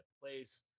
place